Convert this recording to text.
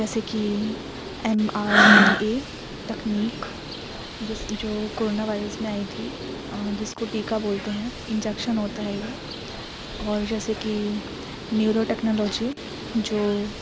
جیسے کہ M R N A تکنیک جس جو کورونا وائرس میں آئی تھی جس کو ٹیکہ بولتے ہیں انجیکشن ہوتا ہے یہ اور جیسے کہ نیورو ٹکنالوجی جو